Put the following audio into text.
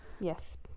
yes